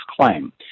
claim